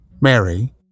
Mary